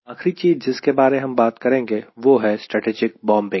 आखिरी चीज़ जिसके बारे हम बात करेंगे वह है स्ट्रैटेजिक बोम्बिंग